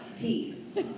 Peace